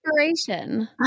inspiration